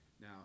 Now